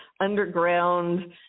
underground